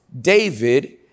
David